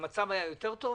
המצב היה טוב יותר?